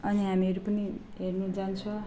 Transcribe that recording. अनि हामीहरू पनि हेर्नु जान्छ